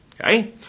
Okay